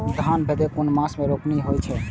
धान भदेय कुन मास में रोपनी होय छै?